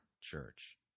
church